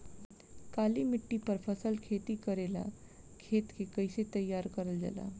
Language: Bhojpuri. काली मिट्टी पर फसल खेती करेला खेत के कइसे तैयार करल जाला?